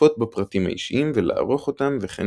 לצפות בפרטים האישיים ולערוך אותם וכן